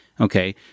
Okay